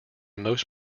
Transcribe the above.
most